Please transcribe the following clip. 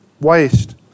waste